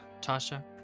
Tasha